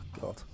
God